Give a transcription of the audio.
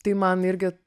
tai man irgi